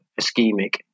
ischemic